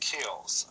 Kills